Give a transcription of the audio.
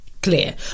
clear